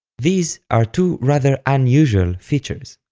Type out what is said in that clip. these are two rather unusual features.